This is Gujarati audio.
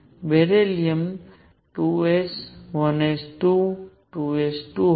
બેરિલિયમ 2 s 1 s 2 2 s 2 હતો